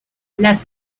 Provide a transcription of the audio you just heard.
las